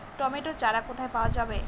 Tomato চারা কোথায় পাওয়া যাবে?